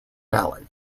valley